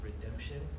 redemption